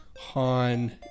Han